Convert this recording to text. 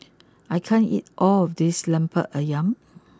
I can't eat all of this Lemper Ayam